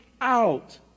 out